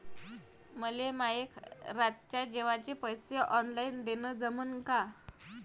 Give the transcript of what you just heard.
मले माये रातच्या जेवाचे पैसे ऑनलाईन देणं जमन का?